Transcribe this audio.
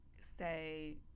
say